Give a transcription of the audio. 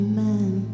Amen